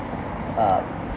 uh